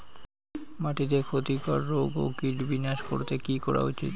মাটিতে ক্ষতি কর রোগ ও কীট বিনাশ করতে কি করা উচিৎ?